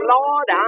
Lord